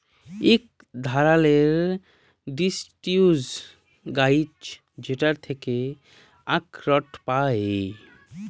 ইক ধারালের ডিসিডিউস গাহাচ যেটর থ্যাকে আখরট পায়